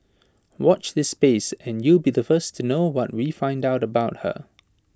watch this space and you'll be the first to know what we find out about her